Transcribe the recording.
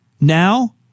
Now